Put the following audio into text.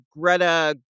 Greta